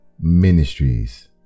Ministries